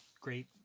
great